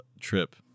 trip